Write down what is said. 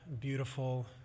beautiful